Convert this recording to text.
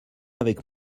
avec